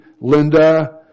Linda